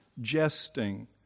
jesting